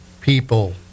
people